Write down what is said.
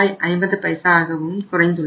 5 ஆகவும குறைந்துள்ளன